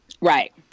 right